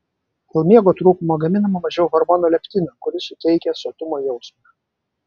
dėl miego trūkumo gaminama mažiau hormono leptino kuris suteikia sotumo jausmą